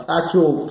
actual